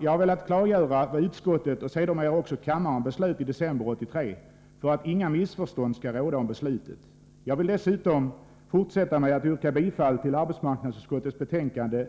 Jag har velat klargöra vad utskottet och sedermera också kammaren beslöt i december 1983 för att inga missförstånd skall råda om beslutet. Jag vill dessutom yrka bifall till arbetsmarknadsutskottets hemställan i betänkande